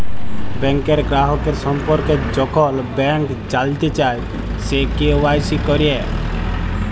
ব্যাংকের গ্রাহকের সম্পর্কে যখল ব্যাংক জালতে চায়, সে কে.ওয়াই.সি ক্যরা